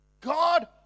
God